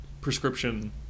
prescription